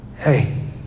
Hey